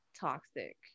toxic